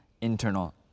internal